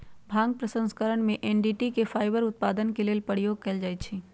भांग प्रसंस्करण में डनटी के फाइबर उत्पादन के लेल प्रयोग कयल जाइ छइ